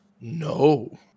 No